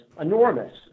enormous